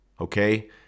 okay